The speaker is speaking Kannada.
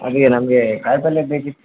ಅದೇ ನಮಗೆ ಕಾಯಿ ಪಲ್ಯ ಬೇಕಿತ್ತು